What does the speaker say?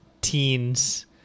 teens